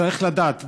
צריך לדעת,